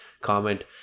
comment